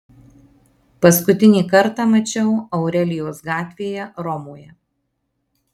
paskutinį kartą mačiau aurelijos gatvėje romoje